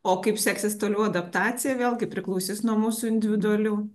o kaip seksis toliau adaptacija vėlgi priklausys nuo mūsų individualių